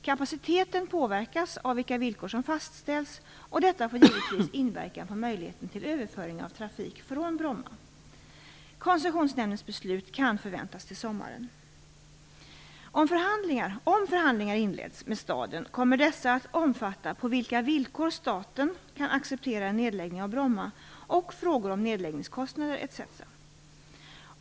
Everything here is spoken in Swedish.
Kapaciteten påverkas av vilka villkor som fastställs, och detta får givetvis inverkan på möjligheten till överföring av trafik från Bromma. Koncessionsnämndens beslut kan förväntas till sommaren. Om förhandlingar inleds med staden kommer dessa att omfatta på vilka villkor staten kan acceptera en nedläggning av Bromma och frågor om nedläggningskostnader etc.